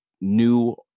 new